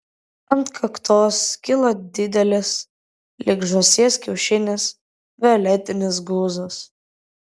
ant kaktos kilo didelis lyg žąsies kiaušinis violetinis guzas